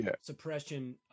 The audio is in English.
suppression